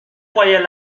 croyaient